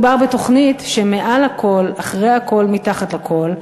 מדובר בתוכנית שמעל לכול, אחרי הכול, מתחת לכול,